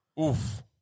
oof